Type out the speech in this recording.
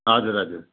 हजुर हजुर